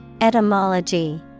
Etymology